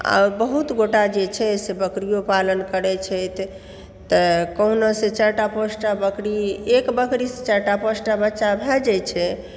आओर बहुत गोटा जे छै से बकरियो पालन करै छथि तऽ कहुना चारि टा पाँच टा बकरी एक बकरीसँ चारि टा पाँच टा बच्चा भए जाइ छै